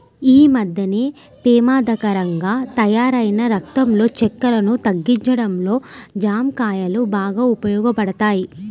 యీ మద్దెన పెమాదకరంగా తయ్యారైన రక్తంలో చక్కెరను తగ్గించడంలో జాంకాయలు బాగా ఉపయోగపడతయ్